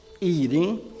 eating